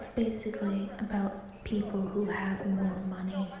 basically about people who have more money.